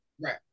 Right